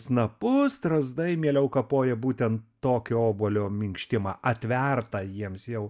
snapu strazdai mieliau kapoja būten tokio obuolio minkštimą atvertą jiems jau